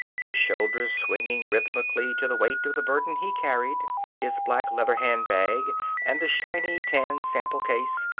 his shoulders swinging rhythmically to the weight of the burden he carried his black leather handbag and the shiny tan sample case,